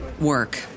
work